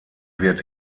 wird